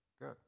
Good